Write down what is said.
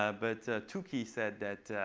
ah but tukey said that